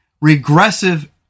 regressive